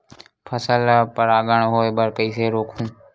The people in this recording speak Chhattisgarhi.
फसल ल परागण होय बर कइसे रोकहु?